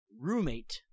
roommate